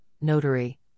notary